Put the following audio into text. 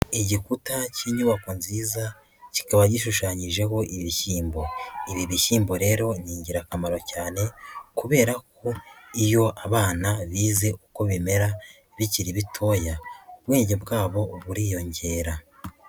Igikuta cy'inyubako nziza kikaba gishushanyijeho ibishyimbo, ibi bishyimbo rero ni ingirakamaro cyane kubera ko iyo abana bize uko bimera bikiri bitoya ubwenge bwabo buriyongera.